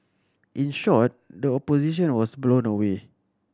in short the opposition was blown away